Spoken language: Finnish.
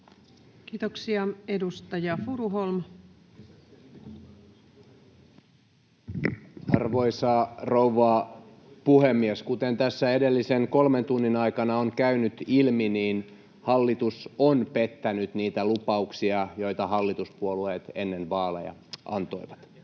esityksistä Time: 16:51 Content: Arvoisa rouva puhemies! Kuten tässä edellisen kolmen tunnin aikana on käynyt ilmi, hallitus on pettänyt niitä lupauksia, joita hallituspuolueet ennen vaaleja antoivat. Noita